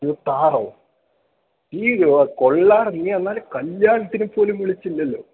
ഇരുപത്തിയാറോ നീ കൊള്ളാമല്ലോ നീ എന്നാലും കല്യാണത്തിന് പോലും വിളിച്ചില്ലല്ലോ